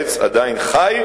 העץ עדיין חי,